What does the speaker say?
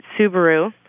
Subaru